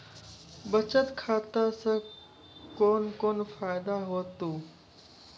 बचत खाता सऽ कून कून फायदा हेतु?